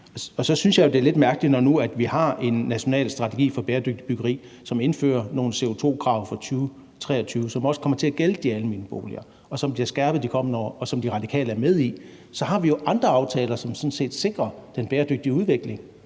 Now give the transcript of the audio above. Og så synes jeg jo, at det er lidt mærkeligt, når nu vi har en national strategi for bæredygtigt byggeri, som indfører nogle CO2-krav fra 2023, som også kommer til at gælde for de almene boliger, og som bliver skærpet de kommende år, og som De Radikale er med i, for vi har jo andre aftaler, som sådan set sikrer den bæredygtige udvikling.